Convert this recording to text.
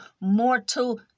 mortal